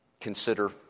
consider